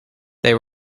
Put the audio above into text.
they